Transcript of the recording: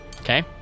Okay